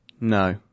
No